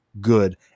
good